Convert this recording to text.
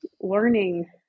learning